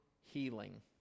healing